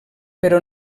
però